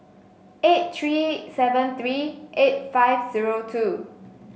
eight three seven three eight five zero two